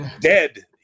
dead